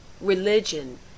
religion